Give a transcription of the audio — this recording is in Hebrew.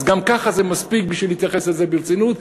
אז גם ככה זה מספיק בשביל להתייחס לזה ברצינות,